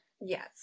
Yes